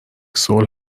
صلح